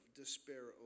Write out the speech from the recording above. despair